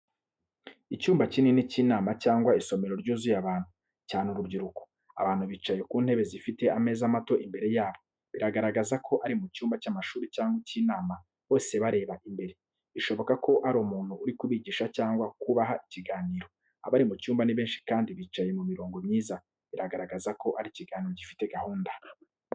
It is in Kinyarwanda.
Icyumba kinini cy’inama cyangwa isomero ryuzuye abantu, cyane urubyiruko. Abantu bicaye mu ntebe zifite ameza mato imbere yabo, bigaragaza ko ari mu cyumba cy’amashuri cyangwa cy’inama. Bose bareba imbere, bishoboka ko hari umuntu uri kubigisha cyangwa kubaha ikiganiro. Abari mu cyumba ni benshi kandi bicaye mu mirongo myiza, bigaragaza ko ari ikiganiro gifite gahunda.